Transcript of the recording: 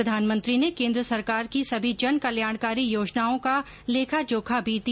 प्रधानमंत्री ने केन्द्र सरकार की सभी जन कल्याणकारी योजनाओं का लेखा जोखा भी दिया